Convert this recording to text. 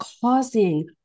causing